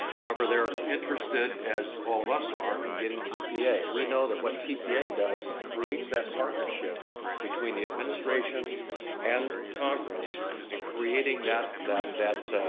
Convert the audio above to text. however, they're interested, as all of us are, in getting tpa. we know that what tpa does is creates that partnership between the administration and congress in creating that that